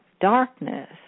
darkness